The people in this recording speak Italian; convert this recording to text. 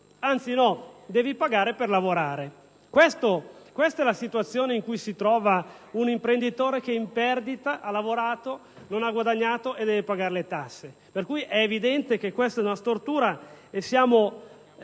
anzi di pagare per lavorare. Questa è la situazione in cui si trova un imprenditore che è in perdita: ha lavorato, non ha guadagnato e in più deve pagare le tasse. È evidente che questa è una stortura, per